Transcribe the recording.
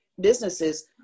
businesses